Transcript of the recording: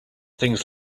things